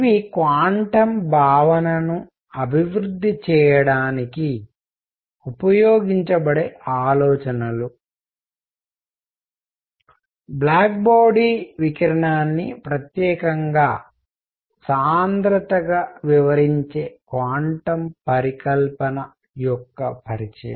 ఇవి క్వాంటం భావనను అభివృద్ధి చేయడానికి ఉపయోగించబడే ఆలోచనలు బ్లాక్ బాడీ వికిరణాన్ని ప్రత్యేకంగా సాంద్రతగా వివరించే క్వాంటం పరికల్పన యొక్క పరిచయం